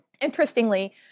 Interestingly